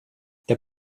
der